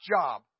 job